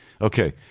okay